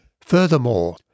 Furthermore